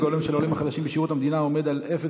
ההולם של העולים החדשים בשירות המדינה עומד על 0%,